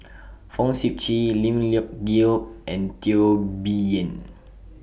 Fong Sip Chee Lim Leong Geok and Teo Bee Yen